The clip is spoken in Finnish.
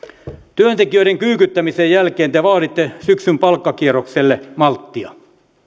työntekijöiden kyykyttämisen jälkeen te vaaditte syksyn palkkakierrokselle malttia